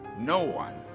no one,